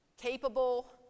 capable